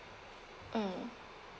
mm